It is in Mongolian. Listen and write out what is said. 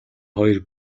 хоёр